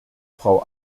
frau